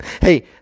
Hey